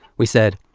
we said,